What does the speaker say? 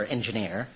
Engineer